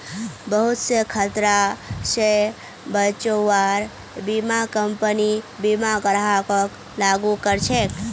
बहुत स खतरा स बचव्वार बीमा कम्पनी बीमा ग्राहकक लागू कर छेक